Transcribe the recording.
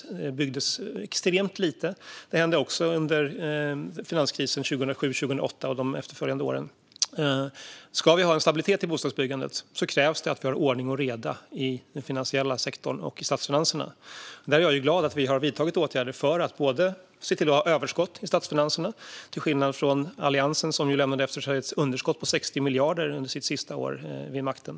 Det byggdes extremt lite. Det hände också under finanskrisen 2007-2008 och de efterföljande åren. För att vi ska ha stabilitet i bostadsbyggandet krävs att vi har ordning och reda i den finansiella sektorn och i statsfinanserna. Jag är glad att vi har vidtagit åtgärder för att se till att vi har överskott i statsfinanserna - till skillnad från Alliansen, som lämnade efter sig ett underskott på 60 miljarder under sitt sista år vid makten.